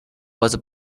was